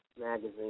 Magazine